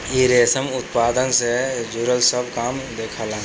इ रेशम उत्पादन से जुड़ल सब काम देखेला